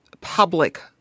public